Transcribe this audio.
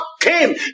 came